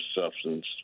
substance